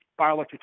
Bioelectric